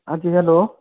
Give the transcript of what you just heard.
हाँ जी हेलो